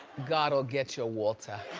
god'll get you walter.